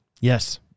Yes